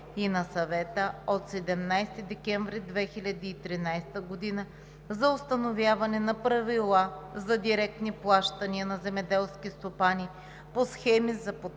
и на Съвета от 17 декември 2013 г. за установяване на правила за директни плащания за земеделски стопани по схеми за подпомагане